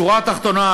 בשורה התחתונה,